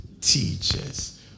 teachers